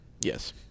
Yes